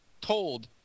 told